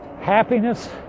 Happiness